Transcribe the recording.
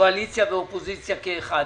קואליציה ואופוזיציה כאחד,